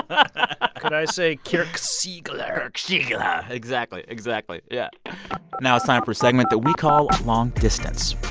i say khirk siegler khirk siegler exactly, exactly. yeah now it's time for a segment that we call long distance